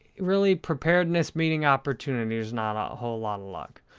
really, preparedness meeting opportunity. there's not a whole lot of luck.